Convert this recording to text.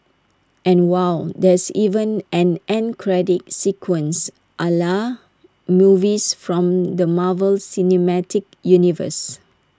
and wow there's even an end credit sequence A la movies from the Marvel cinematic universe